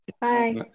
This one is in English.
Bye